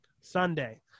sunday